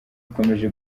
ikomeje